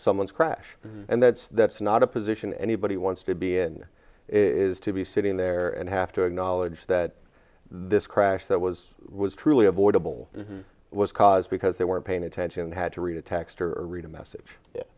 someone's crash and that's that's not a position anybody wants to be in is to be sitting there and have to acknowledge that this crash that was was truly avoidable was caused because they weren't paying attention had to read a text or read a message